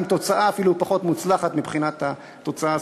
עם תוצאה אפילו פחות מוצלחת מבחינת התוצאה הסופית.